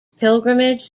pilgrimage